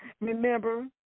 Remember